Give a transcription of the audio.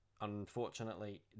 unfortunately